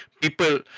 People